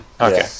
Okay